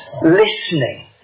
listening